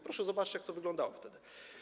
Proszę zobaczyć, jak to wyglądało wtedy.